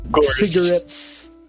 cigarettes